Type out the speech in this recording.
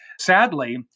sadly